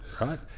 right